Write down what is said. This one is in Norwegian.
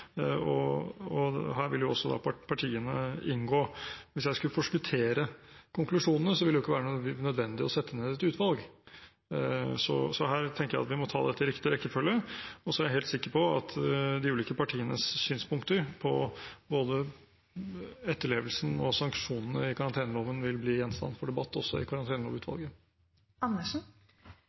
og her vil jo da også partiene inngå. Hvis jeg skulle forskuttere konklusjonene, ville det ikke være nødvendig å sette ned et utvalg. Så her tenker jeg at vi må ta dette i riktig rekkefølge. Og så er jeg helt sikker på at de ulike partienes synspunkter på både etterlevelsen og sanksjonene i karanteneloven vil bli gjenstand for debatt, også i karantenelovutvalget.